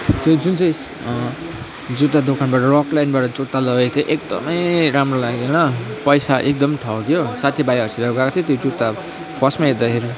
त्यो जुन चाहिँ जुत्ता दोकानबाट रकल्यान्डबाट जुत्ता लगेको थिएँ एकदमै राम्रो लागेन पैसा एकदम ठग्यो साथीभाइहरूसित गएको थिएँ त्यो जुत्ता फर्स्टमा हेर्दाखेरि